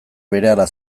berehala